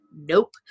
nope